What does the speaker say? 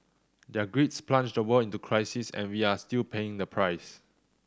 their greeds plunged the world into crisis and we are still paying the price